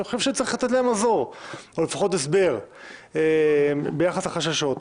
שאני חושב שצריך לתת להן מזור או לפחות הסבר ביחס לחששות.